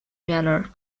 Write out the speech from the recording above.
manner